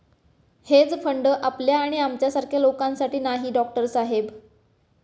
hedge fund आपल्या आणि आमच्यासारख्या लोकांसाठी नाही, डॉक्टर साहेब